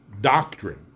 doctrine